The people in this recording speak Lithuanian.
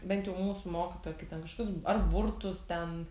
bent jau mūsų mokytoja kai ten kažkius ar burtus ten